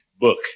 book